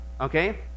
okay